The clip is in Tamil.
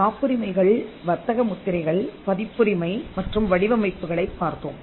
காப்புரிமைகள் வர்த்தக முத்திரைகள் பதிப்புரிமை மற்றும் வடிவமைப்புகளைப் பார்த்தோம்